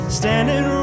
standing